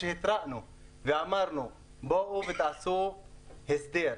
שהתרענו ואמרנו: בואו ותעשו הסדר,